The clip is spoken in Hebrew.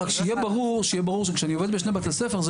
רק שיהיה ברור שכשאני עובד בשני בתי ספר זה